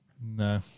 No